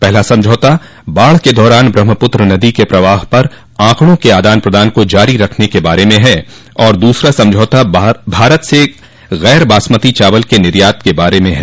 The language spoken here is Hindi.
पहला समझौता बाढ़ के दौरान ब्रहमपुत्र नदी के प्रवाह पर ऑकड़ों के आदान प्रदान को जारी रखने के बारे में है और दूसरा समझौता भारत से गैर बासमती चावल के निर्यात के बारे में है